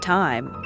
time